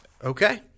Okay